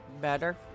Better